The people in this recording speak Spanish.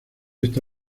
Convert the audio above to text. está